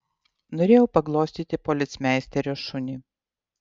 norėjau paglostyti policmeisterio šunį